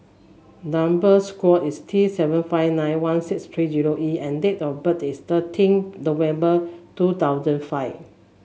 number is T seven five nine one six three zero E and date of birth is thirteen November two thousand five